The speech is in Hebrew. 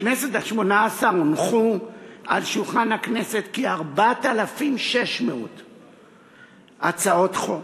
בכנסת השמונה-עשרה הונחו על שולחן הכנסת כ-4,600 הצעות חוק,